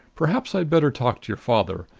perhaps i'd better talk to your father,